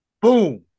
Boom